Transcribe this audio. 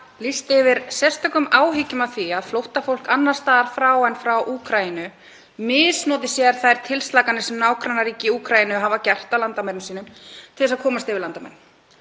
lýsti yfir sérstökum áhyggjum af því að flóttafólk annars staðar frá en frá Úkraínu misnoti sér þær tilslakanir sem nágrannaríki Úkraínu hafa gert á landamærum sínum til að komast yfir landamærin.